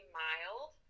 mild